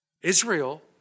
Israel